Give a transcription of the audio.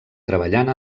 treballant